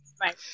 Right